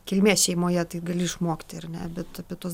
kilmės šeimoje tai gali išmokti ar ne bet apie tuos